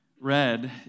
read